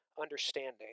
understanding